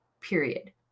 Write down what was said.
period